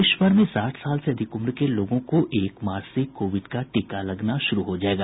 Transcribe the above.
देश भर में साठ साल से अधिक उम्र के लोगों को एक मार्च से कोविड का टीका लगना शुरू हो जायेगा